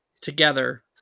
Together